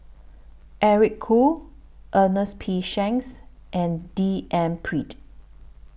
Eric Khoo Ernest P Shanks and D N Pritt